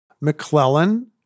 McClellan